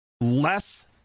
less